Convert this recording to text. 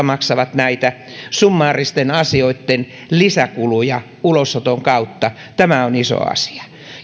maksavat näitä summaaristen asioitten lisäkuluja ulosoton kautta tämä on iso asia